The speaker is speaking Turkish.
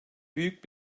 büyük